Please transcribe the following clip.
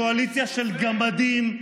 קואליציה של גמדים,